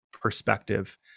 perspective